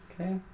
Okay